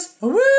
Woo